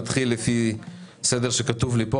נתחיל מהסדר שכתוב פה.